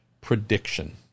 Prediction